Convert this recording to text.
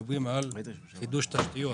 חידוש תשתיות